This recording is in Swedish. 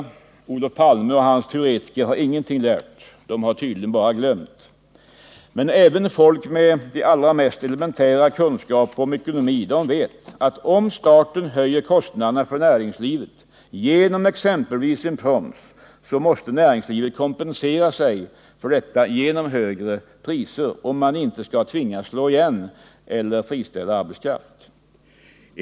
Men Olof Palme och hans teoretiker har ingenting lärt. De har tydligen bara glömt. Även folk med bara de allra mest elementära kunskaper om ekonomi vet att om staten höjer kostnaderna för näringslivet, exempelvis genom en proms, så måste näringslivet kompensera sig för detta genom högre priser, om man inte skall tvingas att slå igen eller friställa arbetskraft.